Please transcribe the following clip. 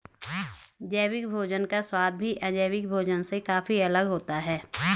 जैविक भोजन का स्वाद भी अजैविक भोजन से काफी अलग होता है